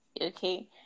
okay